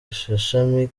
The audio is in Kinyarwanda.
gashami